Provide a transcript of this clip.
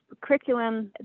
curriculum